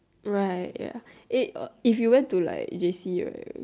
right ya eh uh if you went to like J_C right